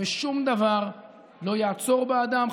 ושום דבר לא יעצור בעדם.